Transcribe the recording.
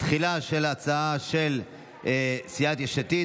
תחילה ההצעה של סיעת יש עתיד,